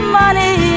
money